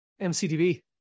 MCTV